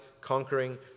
conquering